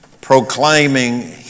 Proclaiming